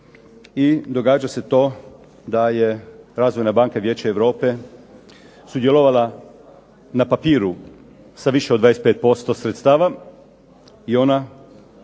i događa se to da je Razvojna banka Vijeća Europe sudjelovala na papiru sa više od 25% sredstava i ona